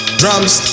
drums